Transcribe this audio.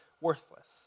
worthless